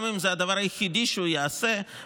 גם אם זה יהיה הדבר היחידי שהוא יעשה וירדוף